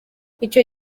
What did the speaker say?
icyo